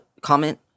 comment